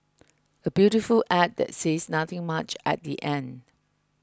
a beautiful ad that says nothing much at the end